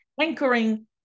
anchoring